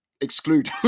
exclude